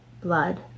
blood